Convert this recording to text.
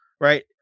right